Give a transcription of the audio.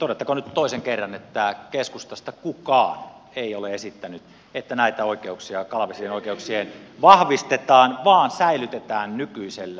todettakoon nyt toisen kerran että keskustasta kukaan ei ole esittänyt että näitä oikeuksia kalavesien oikeuksia vahvistetaan vaan säilytetään nykyisellään